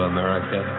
America